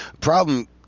Problem